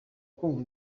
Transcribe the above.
kumva